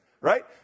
Right